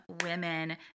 women